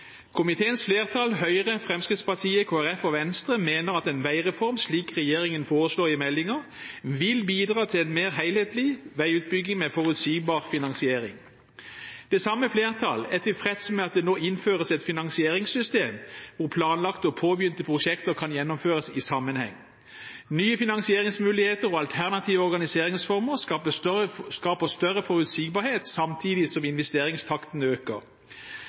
Komiteens flertall, Høyre, Fremskrittspartiet, Kristelig Folkeparti og Venstre, mener at en veireform slik regjeringen foreslår i meldingen, vil bidra til en mer helhetlig veiutbygging med forutsigbar finansiering. Det samme flertallet er tilfreds med at det nå innføres et finansieringssystem hvor planlagte og påbegynte prosjekter kan gjennomføres i sammenheng. Nye finansieringsmuligheter og alternative organiseringsformer skaper større forutsigbarhet samtidig som investeringstakten øker.